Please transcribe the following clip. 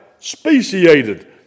speciated